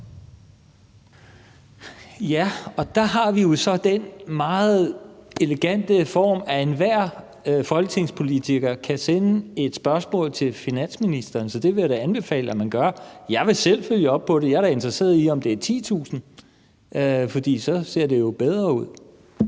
Ja, og der har vi jo så den meget elegante form, at enhver folketingspolitiker kan sende et spørgsmål til finansministeren, så det vil jeg da anbefale at man gør. Jeg vil selv følge op på det. Jeg er da interesseret i, om det er 10.000, for så ser det jo bedre ud.